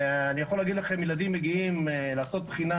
אני יכול להגיד לכם שילדים מגיעים לעשות בחינה